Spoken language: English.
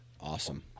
Awesome